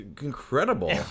incredible